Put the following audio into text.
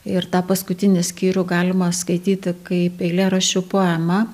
ir tą paskutinį skyrių galima skaityti kaip eilėraščių poema